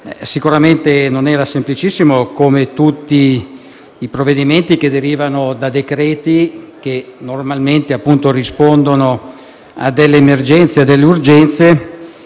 sicuramente non era semplicissimo, come tutti i provvedimenti che derivano da decreti che normalmente, appunto, rispondono a delle urgenze e che poi, nel